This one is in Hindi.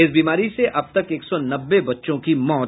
इस बीमारी से अब तक एक सौ नब्बे बच्चों की मौत